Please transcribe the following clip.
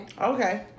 Okay